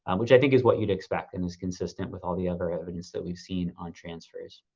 and which i think is what you'd expect and is consistent with all the other evidence that we've seen on transfers.